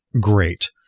great